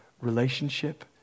relationship